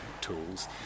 tools